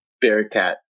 Bearcat